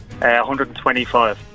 125